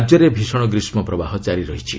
ରାଜ୍ୟରେ ଭିଷଣ ଗ୍ରୀଷ୍ମ ପ୍ରବାହ କାରି ରହିଛି